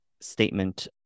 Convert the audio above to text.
statement